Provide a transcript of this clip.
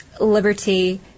liberty